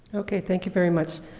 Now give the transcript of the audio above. okay, thank you very much.